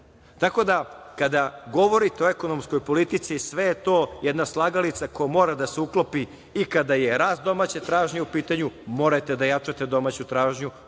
itd. Tako da, kada govorite o ekonomskoj politici, sve je to jedna slagalica koja mora da se uklopi i kada je rast domaće tražnje u pitanju. morate da jačate domaću tražnju,